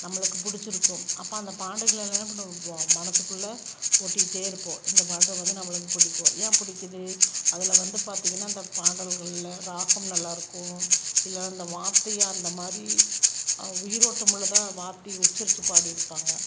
நம்மளுக்கு பிடிச்சிருக்கும் அப்போ அந்த பாடல்கள் எல்லாம் என்ன பண்ணுவோம் மனசுக்குள்ளே ஓட்டிக்கிட்டே இருப்போம் இந்த பாட்டை வந்து நம்மளுக்கு பிடிக்கும் ஏன் பிடிக்கிது அதில் வந்து பார்த்திங்கன்னா அந்த பாடல்கள்ல ராகம் நல்லா இருக்கும் இல்லை அந்த வார்த்தை அந்த மாதிரி அ உயிரோட்டமுள்ளதாக வார்த்தை உச்சரித்து பாடியிருப்பாங்க